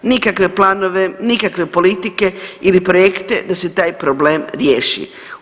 Nikakve planove, nikakve politike ili projekte da se taj problem riješi.